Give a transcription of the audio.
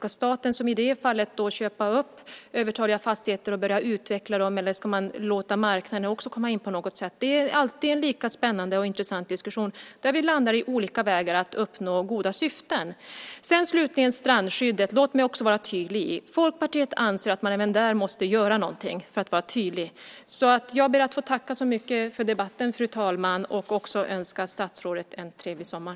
Ska staten, som i det fallet, köpa upp övertaliga fastigheter och börja utveckla dem, eller ska man låta marknaden komma in på något sätt? Det är en alltid lika spännande och intressant diskussion där vi landar i olika vägar att uppnå goda syften. Låt mig slutligen vara tydlig också när det gäller strandskyddet: Folkpartiet anser att man även där måste göra någonting. Jag ber att få tacka så mycket för debatten, fru talman, och också önska statsrådet en trevlig sommar.